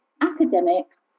academics